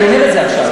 אני יודע את זה עכשיו.